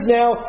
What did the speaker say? now